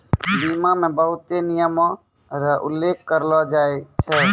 बीमा मे बहुते नियमो र उल्लेख करलो जाय छै